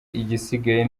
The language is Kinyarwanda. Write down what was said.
igisigaye